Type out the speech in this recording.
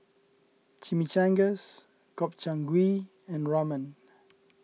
Chimichangas Gobchang Gui and Ramen